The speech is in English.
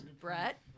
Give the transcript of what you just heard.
brett